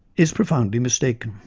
is profoundly mistaken